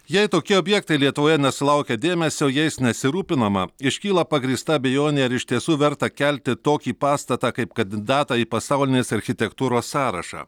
jei tokie objektai lietuvoje nesulaukia dėmesio jais nesirūpinama iškyla pagrįsta abejonė ar iš tiesų verta kelti tokį pastatą kaip kandidatą į pasaulinės architektūros sąrašą